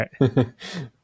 right